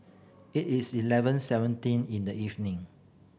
it is eleven seventeen in the evening